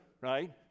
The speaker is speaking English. right